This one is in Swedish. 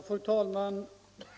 Fru talman!